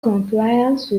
compliance